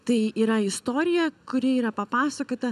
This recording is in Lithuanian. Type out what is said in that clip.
tai yra istorija kuri yra papasakota